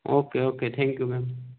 okay okay thank you ma'am